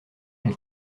elle